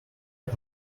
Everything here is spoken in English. are